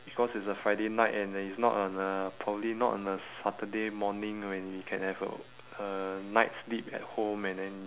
because it's a friday night and uh it's not on a probably not on a saturday morning when we can have a uh night's sleep at home and then